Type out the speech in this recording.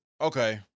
okay